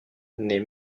née